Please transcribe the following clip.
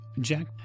Jack